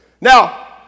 Now